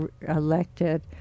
elected